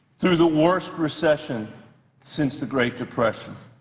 through the worst recession since the great depression.